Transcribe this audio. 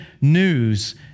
news